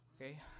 okay